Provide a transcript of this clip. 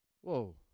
Whoa